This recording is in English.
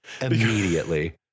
Immediately